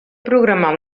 programar